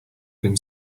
been